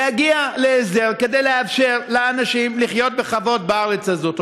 להגיע להסדר כדי לאפשר לאנשים לחיות בכבוד בארץ הזאת.